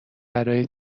برای